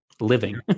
living